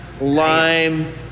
lime